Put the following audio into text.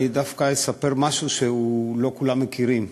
דווקא אספר משהו שלא כולם מכירים: